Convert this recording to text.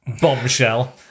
bombshell